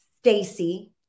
Stacy